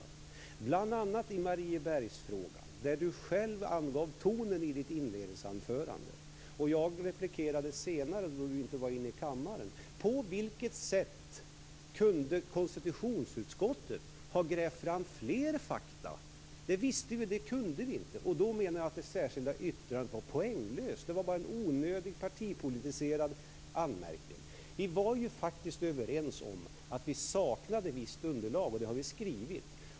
Det gäller bl.a. Mariebergsfrågan, där du själv angav tonen i ditt inledningsanförande. Jag replikerade senare, då du inte var inne i kammaren: På vilket sätt kunde konstitutionsutskottet ha grävt fram fler fakta? Det visste vi att vi inte kunde. Då menar jag att det särskilda yttrandet var poänglöst. Det var bara en onödig partipolitiserad anmärkning. Vi var ju faktiskt överens om att vi saknade visst underlag, och det har vi skrivit.